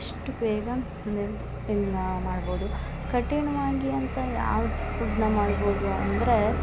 ಅಷ್ಟು ಬೇಗ ಮೆಂತ್ ಎಲ್ಲಾ ಮಾಡ್ಬೌದು ಕಠಿಣ್ವಾಗಿ ಅಂತ ಯಾವ್ದು ಫುಡ್ನ ಮಾಡ್ಬೌದು ಅಂದರೆ